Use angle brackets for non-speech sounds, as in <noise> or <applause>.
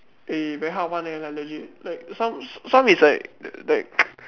eh very hard one leh like legit like some some is like like <noise>